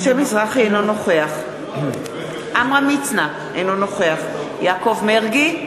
אינו נוכח עמרם מצנע, אינו נוכח יעקב מרגי,